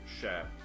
share